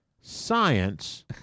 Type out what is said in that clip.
science